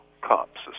cops